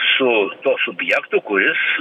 su tuo subjektu kuris